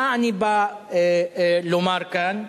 מה אני בא לומר כאן?